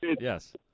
yes